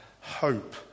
hope